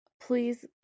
please